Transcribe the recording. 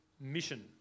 mission